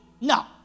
No